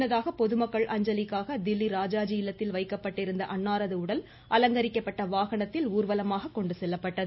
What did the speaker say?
முன்னதாக பொதுமக்கள் அஞ்சலிக்காக தில்லி ராஜாஜி இல்லத்தில் வைக்கப்பட்டிருந்த அன்னாரது உடல் அலங்கரிக்கப்பட்ட வாகனத்தில் ஊர்வலமாக கொண்டு செல்லப்பட்டது